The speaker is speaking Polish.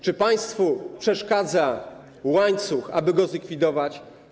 Czy państwu przeszkadza łańcuch, aby go zlikwidować?